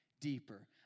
deeper